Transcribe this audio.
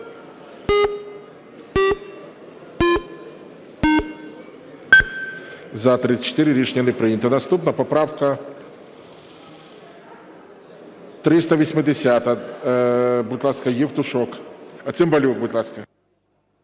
За-34 Рішення не прийнято. Наступна поправка 380. Будь ласка, Євтушок. Цимбалюк, будь ласка.